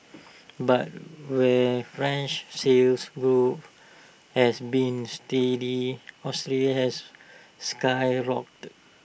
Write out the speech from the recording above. but where French sales grow has been steady Australia's has skyrocketed